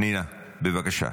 פנינה, בבקשה.